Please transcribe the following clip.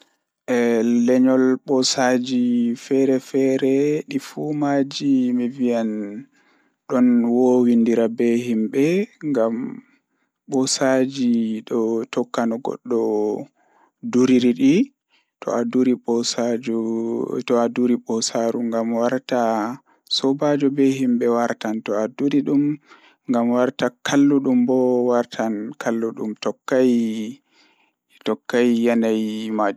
Ayi, kala woofnde fowru waawi njifti kadi jokkondirde. Ko njoɓdi e leydi hoore woofnde fowru, ɓe waawi waɗde e hoore rewɓe ngal. Haa, ko fowru kadi njangol fiyaangu ngal ɗoo, kadi ko njoɓdi ngal